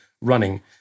running